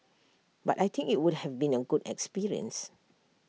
but I think IT would have been A good experience